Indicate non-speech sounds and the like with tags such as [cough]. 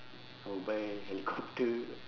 I will buy [laughs] helicopter